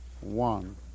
One